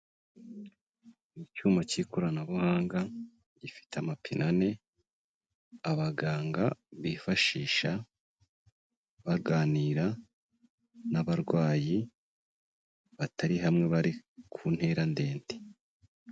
Icyuma cy'ikoranabuhanga, gifite amapine ane, abaganga bifashisha baganira n'abarwayi, batari hamwe, bari ku ntera ndende.